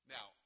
Now